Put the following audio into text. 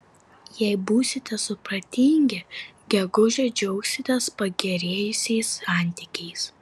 jei būsite supratingi gegužę džiaugsitės pagerėjusiais santykiais